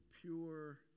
pure